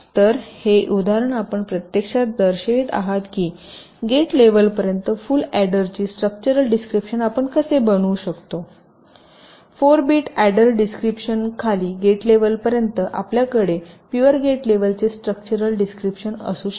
तर हे उदाहरण आपण प्रत्यक्षात दर्शवित आहात की गेट लेवलपर्यंत फुल अॅडरची स्ट्रक्चरल डिस्क्रिपशन आपण कसे बनवू शकतो 4 बिट अॅडर डिस्क्रिपशन खाली गेट लेवलपर्यंत आपल्याकडे पूयर गेट लेवलचे स्ट्रक्चरल डिस्क्रिपशन असू शकते